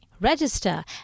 Register